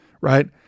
right